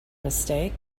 mistake